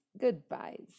goodbyes